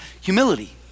humility